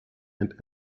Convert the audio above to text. and